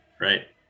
right